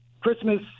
Christmas